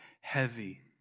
heavy